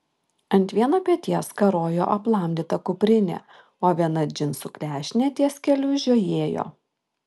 ant vieno peties karojo aplamdyta kuprinė o viena džinsų klešnė ties keliu žiojėjo